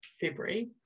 February